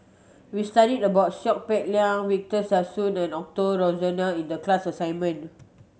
we studied about Seow Peck Leng Victor Sassoon and Osbert Rozario in the class assignment